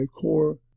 core